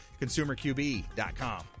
ConsumerQB.com